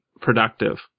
productive